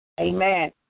Amen